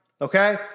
Okay